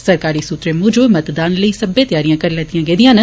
सरकारी सुत्रे मूजब मतदान लेई सब्लै त्यारियां कीत्तियां गेदियां न